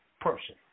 person